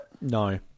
No